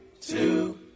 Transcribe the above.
two